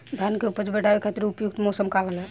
धान के उपज बढ़ावे खातिर उपयुक्त मौसम का होला?